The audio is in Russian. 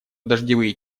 дождевые